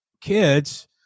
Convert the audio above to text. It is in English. kids